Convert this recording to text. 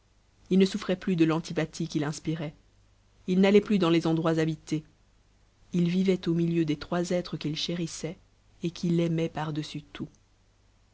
il ne souffrait plus de l'antipathie qu'il inspirait il n'allait plus dans les endroits habités il vivait au milieu des trois êtres qu'il chérissait et qui l'aimaient par-dessus tout